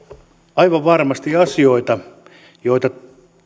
aivan varmasti asioita joita